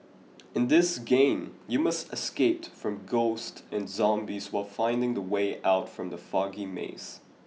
in this game you must escape from ghosts and zombies while finding the way out from the foggy maze